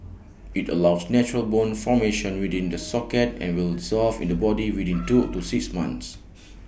IT allows natural bone formation within the socket and will dissolve in the body within two to six months